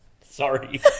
Sorry